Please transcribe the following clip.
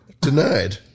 Denied